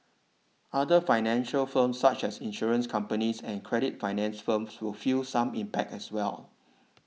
other financial firms such as insurance companies and credit finance firms will feel some impact as well